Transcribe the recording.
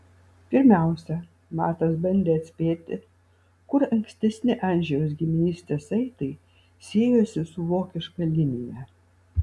pirmiausia matas bandė atspėti kur ankstesni andžejaus giminystės saitai siejosi su vokiška linija